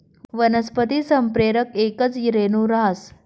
वनस्पती संप्रेरक येकच रेणू रहास